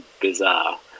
bizarre